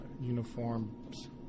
uniforms